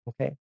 Okay